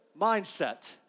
mindset